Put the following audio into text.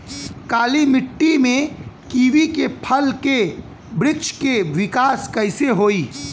काली मिट्टी में कीवी के फल के बृछ के विकास कइसे होई?